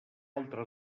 altre